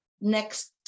next